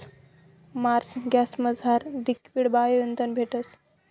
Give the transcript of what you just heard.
Marsh गॅसमझार liquid bio इंधन भेटस